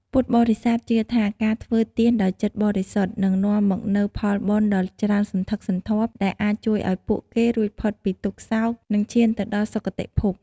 ពុទ្ធបរិស័ទជឿថា ការធ្វើទានដោយចិត្តបរិសុទ្ធ នឹងនាំមកនូវផលបុណ្យដ៏ច្រើនសន្ធឹកសន្ធាប់ ដែលអាចជួយឱ្យពួកគេរួចផុតពីទុក្ខសោក និងឈានទៅដល់សុខគតិភព។